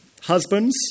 Husbands